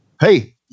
hey